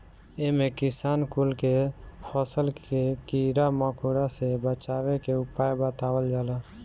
इमे किसान कुल के फसल के कीड़ा मकोड़ा से बचावे के उपाय बतावल जाला